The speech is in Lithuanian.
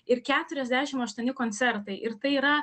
ir keturiasdešim aštuoni koncertai ir tai yra